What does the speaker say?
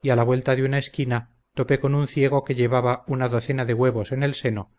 y a la vuelta de una esquina topé con un ciego que llevaba una docena de huevos en el seno